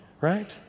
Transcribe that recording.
right